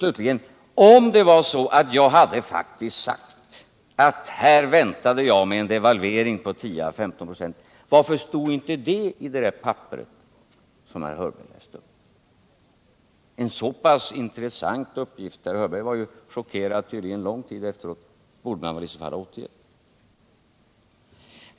Slutligen: Om det varit så att jag faktiskt hade sagt att jag väntade en devalvering på 10 å 15 96, varför stod inte det i det papper som herr Hörberg läste från? Herr Hörberg var tydligen chockerad under lång tid efteråt, och en så pass intressant uppgift borde han väl ha återgivit!